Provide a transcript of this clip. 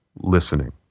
listening